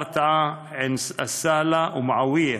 ברטעה, עין-א-סהלה ומועאוויה,